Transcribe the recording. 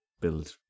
build